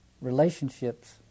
relationships